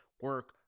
Work